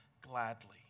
gladly